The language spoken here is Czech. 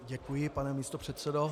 Děkuji, pane místopředsedo.